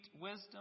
wisdom